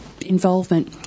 involvement